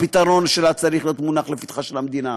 הפתרון שלה צריך להיות מונח לפתחה של המדינה,